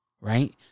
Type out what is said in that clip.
Right